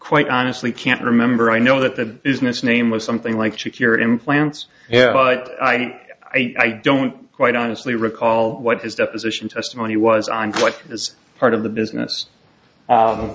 quite honestly can't remember i know that the business name was something like your implants yeah but i don't quite honestly recall what his deposition testimony was on what his part of the business